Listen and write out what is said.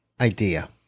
idea